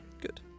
good